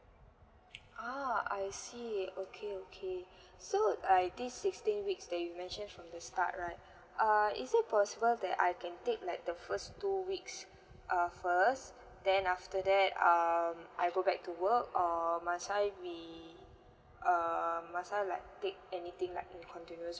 oh I see okay okay so like this sixteen weeks that you mentioned from the start like uh is it possible that I can take like the first two weeks uh first then after that um I go back to work or must I be um must I like take anything like in continuous